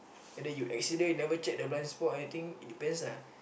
and then you accident you never check the blind spot everything it depends lah